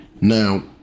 now